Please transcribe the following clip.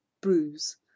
bruise